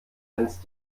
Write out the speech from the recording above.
grenzt